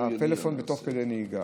הטלפון תוך כדי נהיגה.